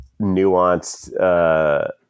nuanced